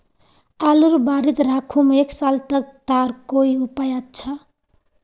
आलूर बारित राखुम एक साल तक तार कोई उपाय अच्छा?